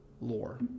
lore